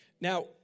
now